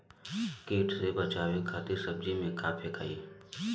कीट से बचावे खातिन सब्जी में का फेकाई?